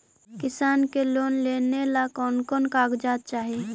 किसान के लोन लेने ला कोन कोन कागजात चाही?